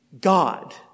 God